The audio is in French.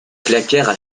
claquèrent